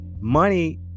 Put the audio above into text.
money